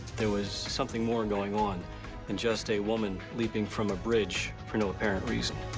there was something more going on than just a woman leaping from a bridge for no apparent reason.